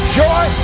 joy